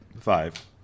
Five